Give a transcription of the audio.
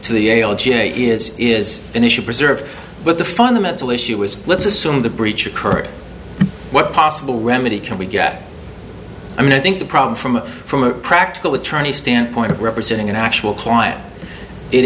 the is an issue preserve but the fundamental issue was let's assume the breach occurred what possible remedy can we get i mean i think the problem from from a practical attorney standpoint representing an actual client it